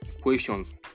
questions